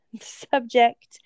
subject